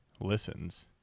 listens